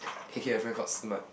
he carry a very coat smart